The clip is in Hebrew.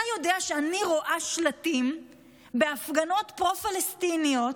אתה יודע, אני רואה שלטים בהפגנות פרו-פלסטיניות,